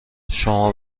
شما